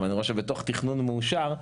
ואני רואה שבתוך תכנון מאושר,